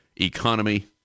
economy